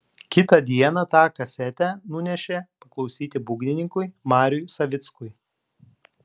kitą dieną tą kasetę nunešė paklausyti būgnininkui mariui savickui